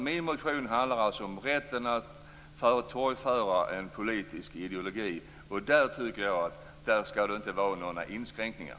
Min motion handlar alltså om rätten att torgföra en politisk ideologi, och där tycker jag inte att det skall vara några inskränkningar.